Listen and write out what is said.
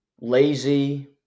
Lazy